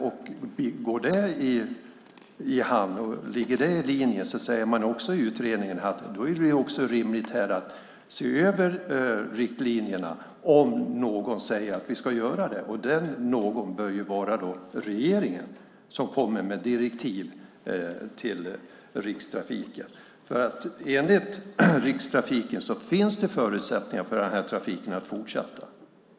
Om detta går i hamn och ligger i linje sägs det i utredningen att det också är rimligt att se över riktlinjerna om någon säger att vi ska göra det. Denna någon bör vara regeringen som kommer med direktiv till Rikstrafiken. Enligt Rikstrafiken finns det förutsättningar för denna trafik att fortsätta.